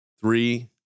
Three